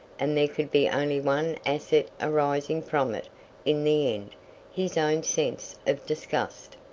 and there could be only one asset arising from it in the end his own sense of disgust.